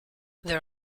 there